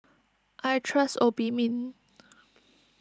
I trust Obimin